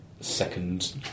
second